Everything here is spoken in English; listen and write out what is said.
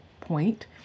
point